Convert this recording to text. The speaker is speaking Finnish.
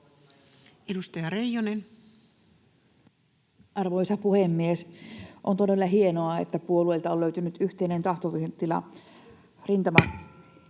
Edustaja Reijonen. Arvoisa puhemies! On todella hienoa, että puolueilta on löytynyt yhteinen tahtotila